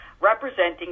representing